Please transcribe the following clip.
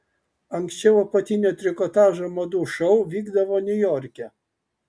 anksčiau apatinio trikotažo madų šou vykdavo niujorke